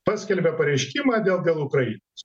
paskelbė pareiškimą dėl dėl ukrainos